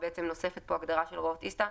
נוספת פה הגדרה של הוראות ISTA,